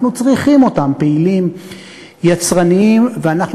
אנחנו צריכים אותם פעילים, יצרניים, ואנחנו